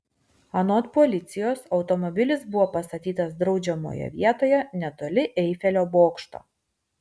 anot policijos automobilis buvo pastatytas draudžiamoje vietoje netoli eifelio bokšto